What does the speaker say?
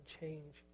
change